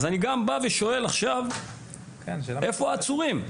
אז אני שואל עכשיו איפה העצורים?